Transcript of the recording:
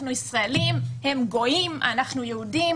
ואנחנו ישראלים, הם גויים ואנחנו יהודים